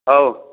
ହଉ